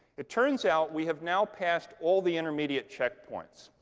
it turns out we have now passed all the intermediate check points.